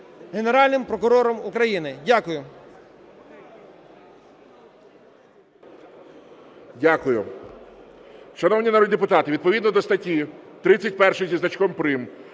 Генеральним прокурором України. Дякую. ГОЛОВУЮЧИЙ. Дякую. Шановні народні депутати, відповідно до статті 31 зі значком прим.,